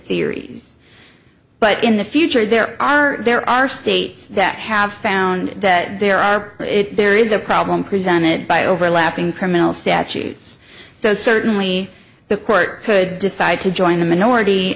theories but in the future there are there are states that have found that there are it there is a problem presented by overlapping criminal statutes so certainly the court could decide to join the minority